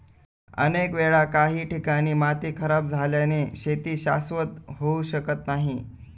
अनेक वेळा काही ठिकाणी माती खराब झाल्याने शेती शाश्वत होऊ शकत नाही